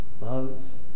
loves